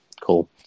cool